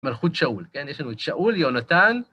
מלכות שאול, כן? יש לנו את שאול, יהונתן.